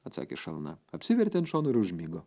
atsakė šalna apsivertė ant šono ir užmigo